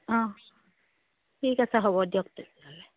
অঁ ঠিক আছে হ'ব দিয়ক তেতিয়াহ'লে